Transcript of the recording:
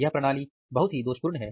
यह प्रणाली बहुत ही दोषपूर्ण है